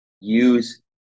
use